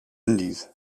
indies